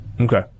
Okay